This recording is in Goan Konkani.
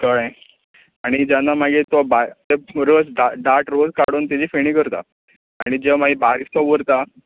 कळ्ळें आनी जेन्ना मागीर तो भायर रस दा दाट रोस काडून तेजी फेणी करता आनी ज्यो मागीर बारीकसो उरता